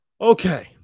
Okay